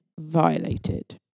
violated